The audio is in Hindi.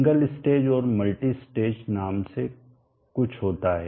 सिंगल स्टेज और मल्टी स्टेज नाम से कुछ होता है